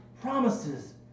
promises